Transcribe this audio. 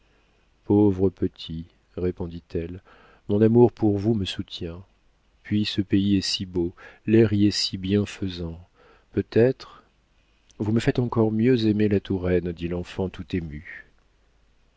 petits répondit-elle mon amour pour vous me soutient puis ce pays est si beau l'air y est si bienfaisant peut-être vous me faites encore mieux aimer la touraine dit l'enfant tout ému